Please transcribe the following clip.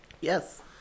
Yes